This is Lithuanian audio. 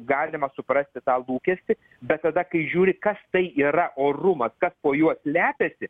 galima suprasti tą lūkestį bet tada kai žiūri kas tai yra orumas kas po juo slepiasi